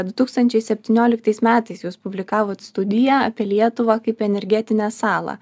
du tūkstančiai septynioliktais metais jūs publikavot studiją apie lietuvą kaip energetinę salą